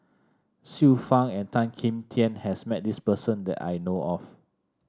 Xiu Fang and Tan Kim Tian has met this person that I know of